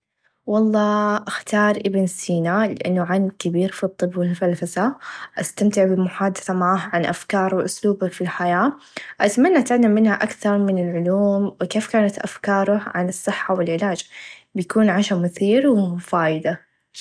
و الله أختار إبن سينا لأنه عالم كبير في الطب و الفلسفه أستمتع بالمحادثه معاه عن أفكاره و أسلوبه في الحياه أتمنى أتعلم منه أكثر من العلوم و كيف كانت أفكاره عن الصحه و العلاچ بيكون عشا مثير و منه فايده.